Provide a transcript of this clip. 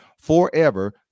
forever